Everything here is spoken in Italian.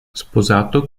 sposato